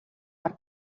per